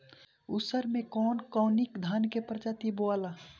उसर मै कवन कवनि धान के प्रजाति बोआला?